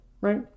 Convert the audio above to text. right